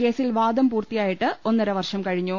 കേസിൽ വാദം പൂർത്തിയായിട്ട് ഒന്നര വർഷം കഴിഞ്ഞു